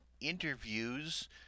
interviews